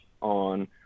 on